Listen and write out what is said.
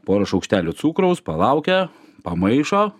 porą šaukštelių cukraus palaukia pamaišo